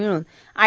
मिळून आय